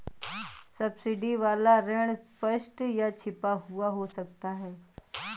subsidy वाला ऋण स्पष्ट या छिपा हुआ हो सकता है